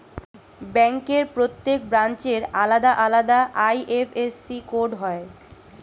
ব্যাংকের প্রত্যেক ব্রাঞ্চের আলাদা আলাদা আই.এফ.এস.সি কোড হয়